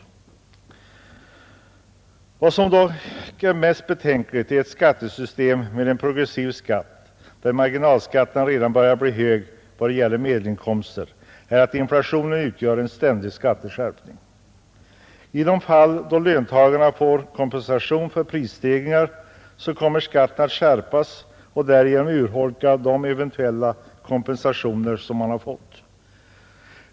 Vad som är mest betänkligt i ett skattesystem med en progressiv skatt, där marginalskatten redan börjar bli hög då det gäller medelinkomster, är att inflationen utgör en ständig skatteskärpning. I de fall då löntagarna får kompensation för prisstegringar kommer skatten att skärpas och därigenom urholka de eventuella kompensationer som man har fått.